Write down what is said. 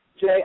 Jay